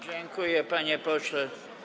Dziękuję, panie pośle.